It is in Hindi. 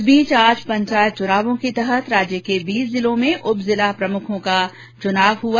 इसी बीच आज पंचायत चुनावों के तहत राज्य के बीस जिलों में उप जिला प्रमुखों का चुनाव हुआ